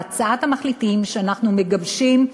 בהצעת המחליטים שאנחנו מגבשים,